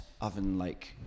oven-like